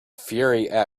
fury